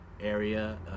area